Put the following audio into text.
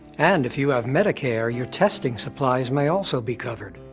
and, if you have medicare, your testing supplies may also be covered.